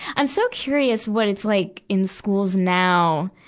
i'm so curious what it's like in schools now,